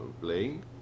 playing